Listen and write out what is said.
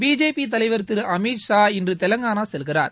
BJP தலைவர் திரு அமித்ஷா இன்று தெலங்கானா செல்கிறார்